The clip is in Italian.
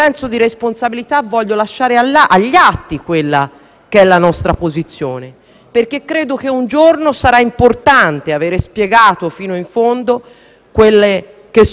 perché credo che un giorno sarà importante aver spiegato fino in fondo le nostre idee sul punto. Avevamo approvato una riforma costituzionale